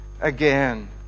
again